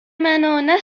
منو، نه